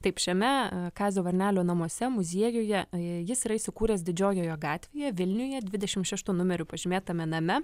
taip šiame kazio varnelio namuose muziejuje jis yra įsikūręs didžiojoje gatvėje vilniuje dvidešim šeštu numeriu pažymėtame name